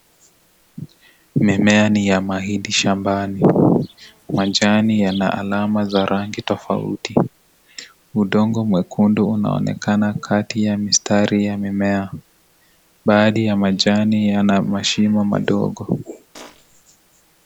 Mimea ni ya mahindi shambani, majani yana alama za rangi tofauti udongo mwekundu unaonekana kati ya mistari ya mimea, baadhi ya majani yana mashimo madogo.